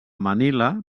manila